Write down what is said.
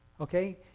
Okay